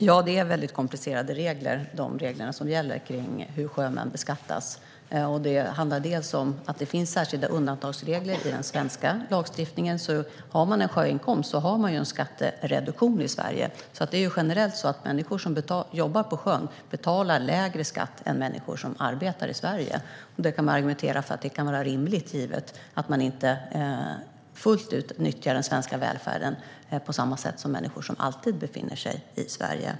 Herr talman! Reglerna för hur sjömän beskattas är väldigt komplicerade. Det handlar bland annat om att det finns särskilda undantagsregler i den svenska lagstiftningen - om man har en sjöinkomst får man en skattereduktion i Sverige. Det är generellt så att människor som jobbar på sjön betalar lägre skatt än människor som arbetar i Sverige. Man kan argumentera för att detta är rimligt, givet att man inte fullt ut nyttjar den svenska välfärden på samma sätt som människor som alltid befinner sig i Sverige.